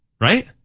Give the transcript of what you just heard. Right